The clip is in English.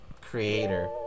creator